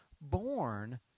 born